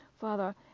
Father